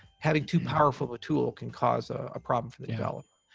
having too powerful of a tool can cause ah a problem for the developer.